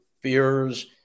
fears